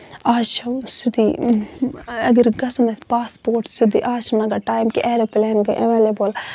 آز چھُ سُہ تہِ اَگر گژھُن آسہِ پاسپوٹ سیودُے آز چھُنہٕ لَگان ٹایم کہِ ایروپٕلین گٔے ایٚولیبٕل